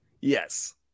Yes